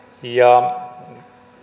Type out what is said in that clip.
ja